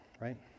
right